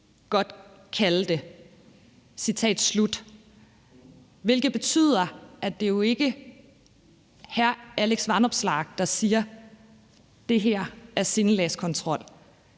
godt kalde det«, hvilket betyder, at det jo ikke er hr. Alex Vanopslagh, der siger, at det her er sindelagskontrol.